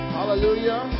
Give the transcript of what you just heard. Hallelujah